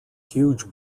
huge